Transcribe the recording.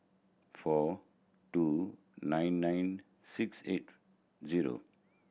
four two nine nine six eight zero